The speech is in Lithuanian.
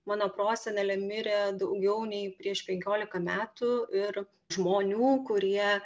mano prosenelė mirė daugiau nei prieš penkiolika metų ir žmonių kurie